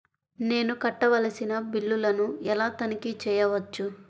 నేను కట్టవలసిన బిల్లులను ఎలా తనిఖీ చెయ్యవచ్చు?